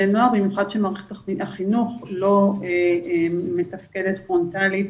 הנוער במיוחד שמערכת החינוך לא מתפקדת פרונטלית,